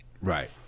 Right